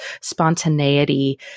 spontaneity